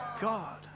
God